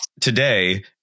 today